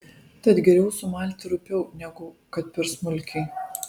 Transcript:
tad geriau sumalti rupiau negu kad per smulkiai